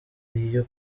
iyo